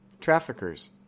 Traffickers